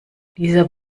dieser